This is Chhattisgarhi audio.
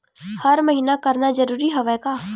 हर महीना करना जरूरी हवय का?